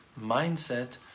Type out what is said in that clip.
mindset